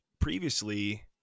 previously